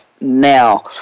now